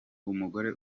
umugore